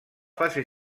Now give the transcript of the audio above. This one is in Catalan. fase